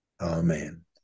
Amen